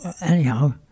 anyhow